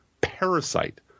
parasite